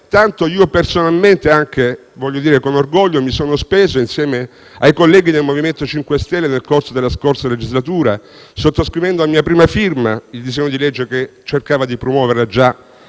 tanto io personalmente - lo voglio dire con orgoglio - mi sono speso insieme ai colleghi del MoVimento 5 Stelle nel corso della scorsa legislatura, sottoscrivendo a mia prima firma il disegno di legge che cercava di promuoverla già